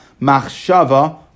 Machshava